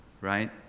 Right